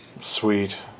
Sweet